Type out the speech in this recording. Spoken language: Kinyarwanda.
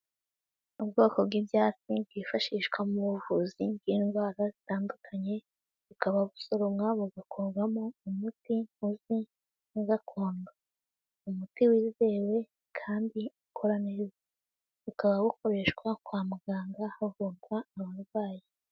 Ubwoko bw'ibyatsi bwifashishwa mu buvuzi bw'indwara zitandukanye bukaba busoromwa bugakorwamo umuti uzwi nka gakondo umuti wizewe kandi ukora neza, ukaba ukoreshwa kwa muganga havugwa uwo murwayi.